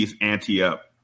anti-up